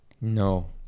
no